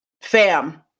fam